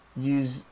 use